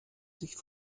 sich